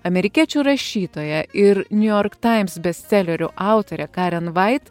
amerikiečių rašytoja ir new york times bestselerių autorė karen vait